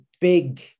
big